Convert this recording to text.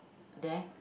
there